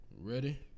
Ready